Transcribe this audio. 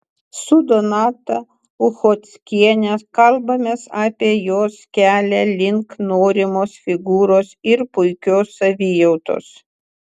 su donata uchockiene kalbamės apie jos kelią link norimos figūros ir puikios savijautos